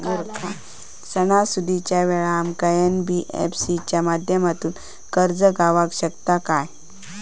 सणासुदीच्या वेळा आमका एन.बी.एफ.सी च्या माध्यमातून कर्ज गावात शकता काय?